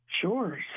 Sure